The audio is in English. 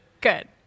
Good